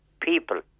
people